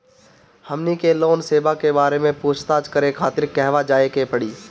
हमनी के लोन सेबा के बारे में पूछताछ करे खातिर कहवा जाए के पड़ी?